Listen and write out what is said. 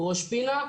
ראש פינה,